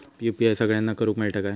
UPI सगळ्यांना करुक मेलता काय?